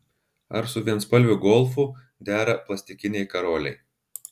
ar su vienspalviu golfu dera plastikiniai karoliai